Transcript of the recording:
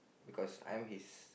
because I'm his